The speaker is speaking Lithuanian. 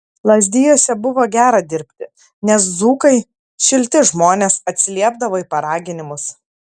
lazdijuose buvo gera dirbti nes dzūkai šilti žmonės atsiliepdavo į paraginimus